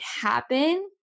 happen